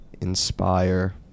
inspire